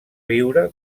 viure